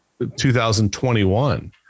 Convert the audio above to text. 2021